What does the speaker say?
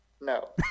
No